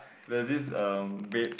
there's this um bad